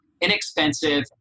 inexpensive